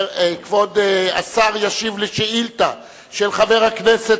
כבוד השר ישיב על שאילתא של חבר הכנסת,